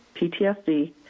PTSD